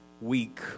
week